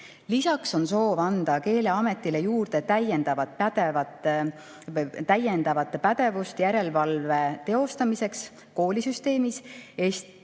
Lisaks on soov anda Keeleametile juurde pädevust järelevalve teostamiseks koolisüsteemis, et